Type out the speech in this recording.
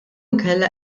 inkella